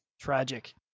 Tragic